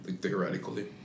Theoretically